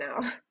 now